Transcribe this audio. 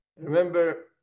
Remember